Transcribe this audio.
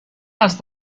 els